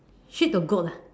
sheep or goat lah